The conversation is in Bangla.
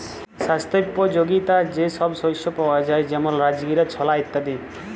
স্বাস্থ্যপ যগীতা যে সব শস্য পাওয়া যায় যেমল রাজগীরা, ছলা ইত্যাদি